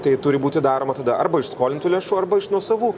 tai turi būti daroma tada arba iš skolintų lėšų arba iš nuosavų